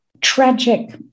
tragic